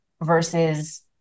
versus